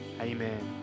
Amen